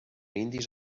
indis